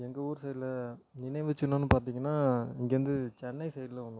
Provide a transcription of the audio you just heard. எங்கள் ஊர் சைடில் நினைவு சின்னம்னு பார்த்தீங்கன்னா இங்கிருந்து சென்னை சைடில் ஒன்று இருக்குது